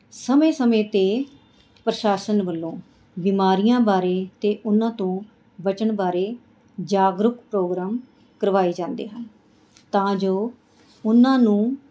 ਸਮੇਂ ਸਮੇਂ 'ਤੇ ਪ੍ਰਸ਼ਾਸਨ ਵੱਲੋਂ ਬਿਮਾਰੀਆਂ ਬਾਰੇ ਅਤੇ ਉਹਨਾਂ ਤੋਂ ਬਚਣ ਬਾਰੇ ਜਾਗਰੂਕ ਪ੍ਰੋਗਰਾਮ ਕਰਵਾਏ ਜਾਂਦੇ ਹਨ ਤਾਂ ਜੋ ਉਹਨਾਂ ਨੂੰ